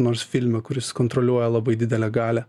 nors filme kuris kontroliuoja labai didelę galią